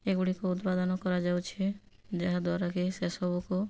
ଏଗୁଡ଼ିକ ଉତ୍ପାଦନ କରାଯାଉଛି ଯାହା ଦ୍ୱାରାକି ସେସବୁକୁ